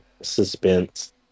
suspense